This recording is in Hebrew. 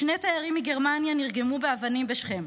שני תיירים מגרמניה נרגמו באבנים בשכם,